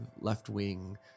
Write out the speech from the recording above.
left-wing